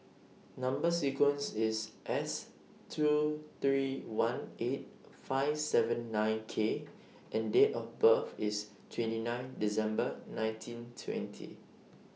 Number sequence IS S two three one eight five seven nine K and Date of birth IS twenty nine December nineteen twenty